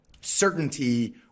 certainty